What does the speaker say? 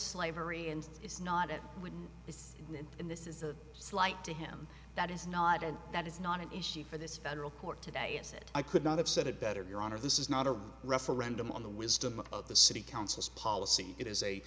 slavery and is not it with its name in this is a slight to him that is not and that is not an issue for this federal court today is it i could not have said it better your honor this is not a referendum on the wisdom of the city council's policy it is a